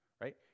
right